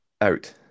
Out